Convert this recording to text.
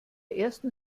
ersten